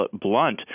Blunt